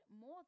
more